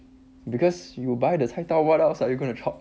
because you buy the 菜刀 what else are you gonna chop